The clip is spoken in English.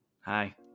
Hi